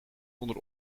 konden